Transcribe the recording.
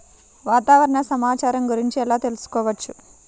వాతావరణ సమాచారము గురించి ఎలా తెలుకుసుకోవచ్చు?